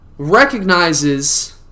recognizes